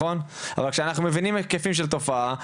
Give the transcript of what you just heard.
אלא שאנחנו מבינים היקפים של תופעה,